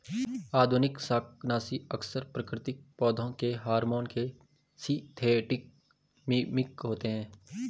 आधुनिक शाकनाशी अक्सर प्राकृतिक पौधों के हार्मोन के सिंथेटिक मिमिक होते हैं